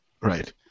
Right